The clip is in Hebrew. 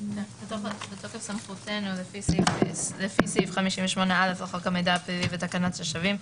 "בתוקף סמכותנו לפי סעיף 58(א) לחוק המידע הפלילי ותקנת השבים,